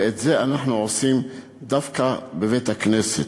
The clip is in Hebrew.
ואת זה אנחנו עושים דווקא בבית-הכנסת,